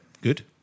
good